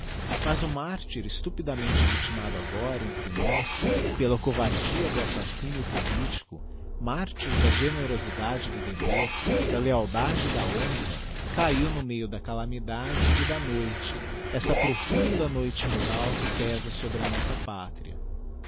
mas o martyr estupidamente victimado agora entre nós pela cobardia do assassínio politico martyr da generosidade e do dever da lealdade e da honra cahiu no meio da calamidade e da noite essa profunda noite moral que pesa sobre a nossa pátria